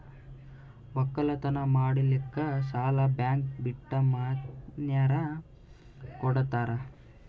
ಒಕ್ಕಲತನ ಮಾಡಲಿಕ್ಕಿ ಸಾಲಾ ಬ್ಯಾಂಕ ಬಿಟ್ಟ ಮಾತ್ಯಾರ ಕೊಡತಾರ?